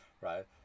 right